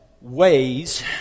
ways